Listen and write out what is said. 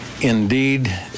indeed